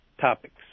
topics